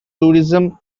tourism